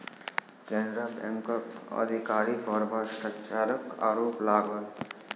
केनरा बैंकक अधिकारी पर भ्रष्टाचारक आरोप लागल